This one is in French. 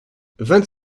vingt